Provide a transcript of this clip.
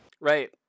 Right